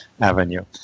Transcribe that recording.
avenue